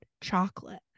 Chocolate